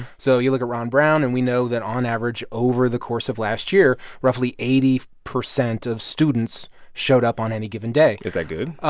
so you look at ron brown, and we know that on average, over the course of last year, roughly eighty percent of students showed up on any given day is that good?